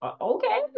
okay